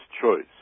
choice